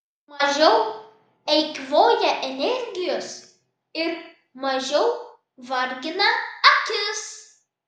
mažiau eikvoja energijos ir mažiau vargina akis